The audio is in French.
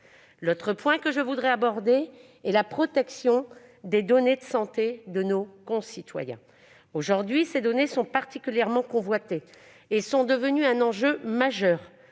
autre point : la protection des données de santé de nos concitoyens. Aujourd'hui, ces données sont particulièrement convoitées et sont devenues un enjeu majeur.